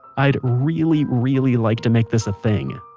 i'd really, really like to make this a thing.